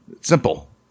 Simple